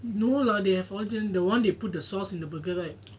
no lah they have the one they put the sauce in the burger right